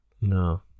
No